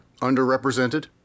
underrepresented